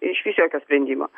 išvis jokio sprendimo